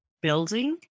building